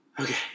Okay